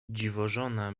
dziwożona